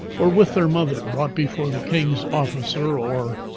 were with their mother brought before the king's officer or,